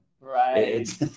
right